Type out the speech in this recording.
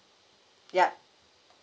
yup